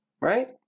right